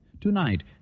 Tonight